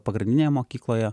pagrindinėje mokykloje